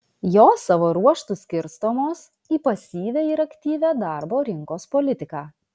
jos savo ruožtu skirstomos į pasyvią ir aktyvią darbo rinkos politiką